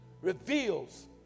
reveals